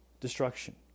destruction